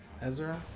Ezra